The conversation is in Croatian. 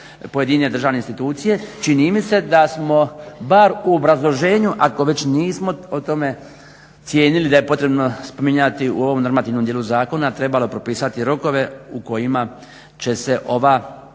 pojedine državne institucije. Čini mi se da smo bar u obrazloženju, ako već nismo o tome cijenili da je potrebno spominjati u ovom normativnom dijelu zakona trebalo propisati rokove u kojima će se ova